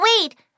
Wait